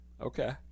okay